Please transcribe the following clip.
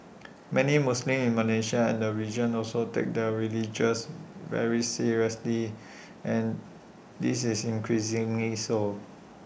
many Muslims in Malaysia and the region also take their religion very seriously and this is increasingly so